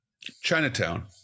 chinatown